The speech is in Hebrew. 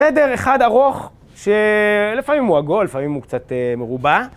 סדר אחד ארוך, שלפעמים הוא עגול, לפעמים הוא קצת מרובע.